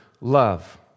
love